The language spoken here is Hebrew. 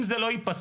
אם זה לא ייפסק,